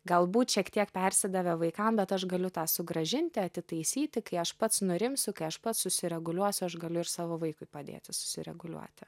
galbūt šiek tiek persidavė vaikam bet aš galiu tą sugrąžinti atitaisyti kai aš pats nurimsiu kai aš pats susireguliuosiu aš galiu ir savo vaikui padėti susireguliuoti